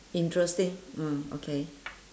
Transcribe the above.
interesting mm okay